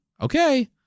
Okay